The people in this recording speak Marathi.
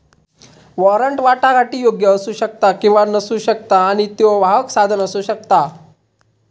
वॉरंट वाटाघाटीयोग्य असू शकता किंवा नसू शकता आणि त्यो वाहक साधन असू शकता